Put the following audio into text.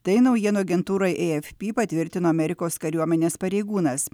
tai naujienų agentūrai e ef py patvirtino amerikos kariuomenės pareigūnas